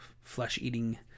flesh-eating